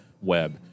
web